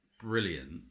brilliant